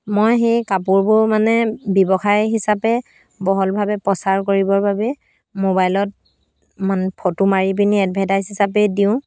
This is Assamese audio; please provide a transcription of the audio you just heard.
মই সেই কাপোৰবোৰ মানে ব্যৱসায় হিচাপে বহলভাৱে প্ৰচাৰ কৰিবৰ বাবে মোবাইলত মানে ফটো মাৰি পিনি এডভাৰটাইজ হিচাপে দিওঁ